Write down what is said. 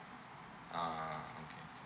ah okay okay